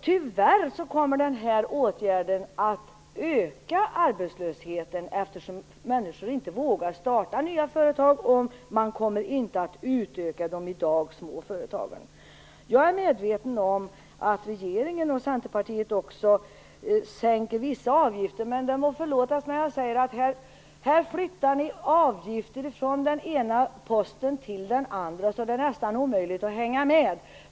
Tyvärr kommer den här åtgärden att öka arbetslösheten, eftersom människor inte vågar starta nya företag och inte kommer att utöka de små företagen. Jag är medveten om att regeringen och Centerpartiet också sänker vissa avgifter, men det må förlåtas mig om jag säger att ni här flyttar avgifter från den ena posten till den andra så att det är nästan omöjligt att hänga med.